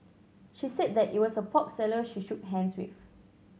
she said that it was a pork seller she shook hands with